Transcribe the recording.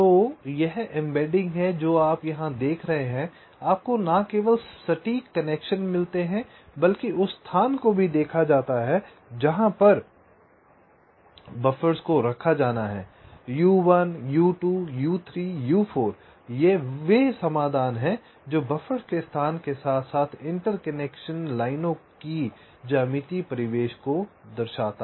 तो यह एम्बेडिंग जो आप यहाँ देख रहे हैं आपको न केवल सटीक कनेक्शन मिलते हैं बल्कि उस स्थान को भी देखा जाता है जहाँ पर बफ़र्स को रखा जाना है U1 U2 U3 U4 यह वह समाधान है जो बफ़र्स के स्थान के साथ साथ इंटरकनेक्शन लाइनों की ज्यामिति परिवेश को दर्शाता है